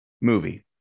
movie